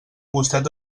gustet